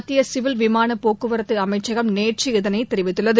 மத்திய சிவில் விமானப்போக்குவரத்து அமைச்சகம் நேற்று இதனைத் தெரிவித்துள்ளது